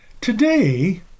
Today